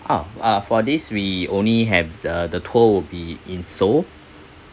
ah uh for this we only have the the tour will be in seoul